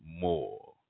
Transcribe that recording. more